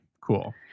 cool